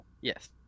Yes